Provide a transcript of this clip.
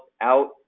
out